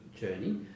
journey